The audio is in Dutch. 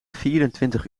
vierentwintig